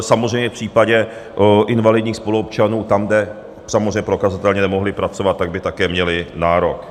Samozřejmě v případě invalidních spoluobčanů, tam, kde samozřejmě prokazatelně nemohli pracovat, tak by také měli nárok.